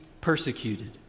persecuted